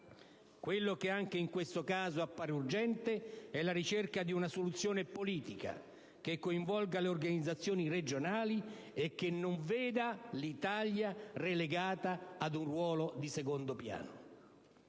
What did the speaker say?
Quella che, anche in questo caso, appare urgente è la ricerca di una soluzione politica, che coinvolga le organizzazioni regionali e che non veda l'Italia relegata a un ruolo di secondo piano.